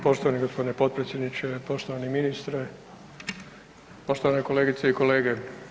Poštovani gospodine potpredsjedniče, poštovani ministre, poštovane kolegice i kolege.